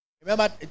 Remember